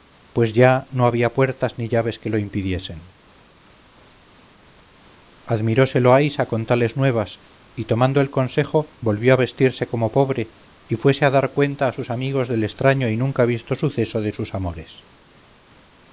pues ya no había puertas ni llaves que lo impidiesen admiróse loaysa con tales nuevas y tomando el consejo volvió a vestirse como pobre y fuese a dar cuenta a sus amigos del estraño y nunca visto suceso de sus amores